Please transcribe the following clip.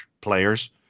players